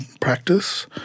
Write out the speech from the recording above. practice